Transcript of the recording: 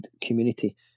community